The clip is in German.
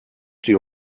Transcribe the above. die